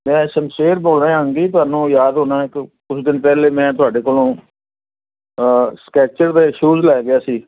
ਮੈਂ ਸ਼ਮਸ਼ੇਰ ਬੋਲ ਰਿਹਾ ਅੰਗੀ ਤੁਹਾਨੂੰ ਯਾਦ ਹੋਣਾ ਕੁ ਕੁਛ ਦਿਨ ਪਹਿਲਾਂ ਮੈਂ ਤੁਹਾਡੇ ਕੋਲੋਂ ਸਕੈਚਰ ਦੇ ਸ਼ੂਜ ਲੈ ਗਿਆ ਸੀ